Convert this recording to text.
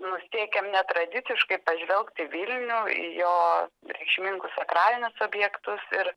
nusiteikiam netradiciškai pažvelgt į vilnių į jo reikšmingus sakralinius objektus ir